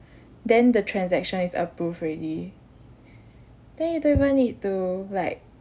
then the transaction is approved already then you don't even need to like